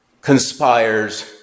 conspires